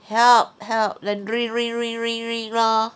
help help let ring ring ring lor